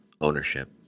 ownership